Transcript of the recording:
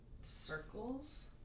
circles